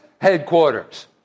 headquarters